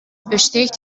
besteht